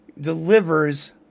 delivers